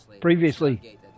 previously